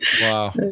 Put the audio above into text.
Wow